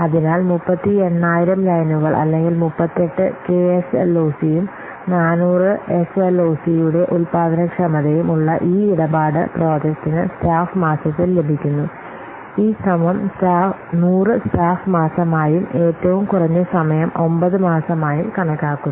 അതിനാൽ 38 000 ലൈനുകൾ അല്ലെങ്കിൽ 38 കെഎസ്എൽഒസിയും 400 എസ്എൽഒസിയുടെ ഉൽപാദനക്ഷമതയും ഉള്ള ഈ ഇടപാട് പ്രോജക്റ്റിന് സ്റ്റാഫ് മാസത്തിൽ ലഭിക്കുന്നു ഈ ശ്രമം 100 സ്റ്റാഫ് മാസമായും ഏറ്റവും കുറഞ്ഞ സമയം 9 മാസമായും കണക്കാക്കുന്നു